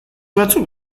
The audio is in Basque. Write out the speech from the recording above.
batzuk